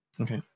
Okay